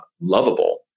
lovable